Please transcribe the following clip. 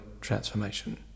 transformation